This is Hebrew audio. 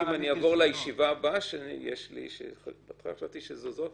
רק אם אני אעבור לישיבה הבאה שיש לי שבהתחלה חשבתי שזו היא,